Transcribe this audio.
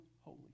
holy